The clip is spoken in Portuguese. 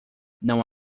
não